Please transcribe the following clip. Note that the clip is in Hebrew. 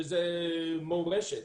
שזה מורשת.